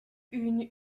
une